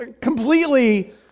completely